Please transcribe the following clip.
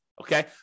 Okay